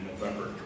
November